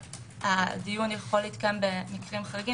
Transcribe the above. הדיון יכול להתקיים במקרם חריגים